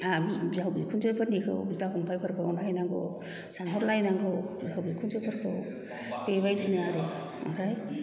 बिहाव बिखुनजो फोरनिखौ बिदा फंबाय फोरखौ नायनांगौ जाहोलायनांगौ बिहाव बिखुनजोफोरखौ बेबायदिनो आरो ओमफ्राय